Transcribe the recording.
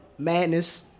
madness